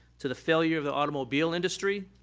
to the failure of the automobile industry,